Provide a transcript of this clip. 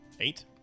Eight